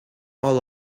all